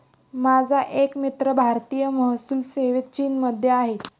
माझा एक मित्र भारतीय महसूल सेवेत चीनमध्ये आहे